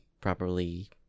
properly